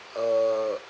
uh